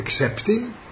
accepting